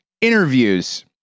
interviews